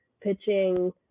pitching